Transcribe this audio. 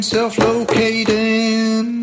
Self-locating